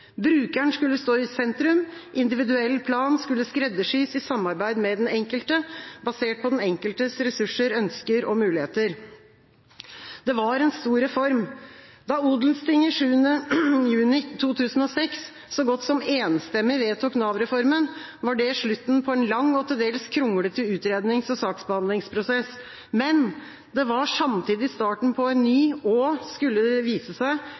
Brukeren skulle stå i sentrum, individuell plan skulle skreddersys i samarbeid med den enkelte, basert på den enkeltes ressurser, ønsker og muligheter. Det var en stor reform. Da Odelstinget 7. juni 2006 så godt som enstemmig vedtok Nav-reformen, var det slutten på en lang og til dels kronglete utrednings- og saksbehandlingsprosess, men det var samtidig starten på en ny og – skulle det vise seg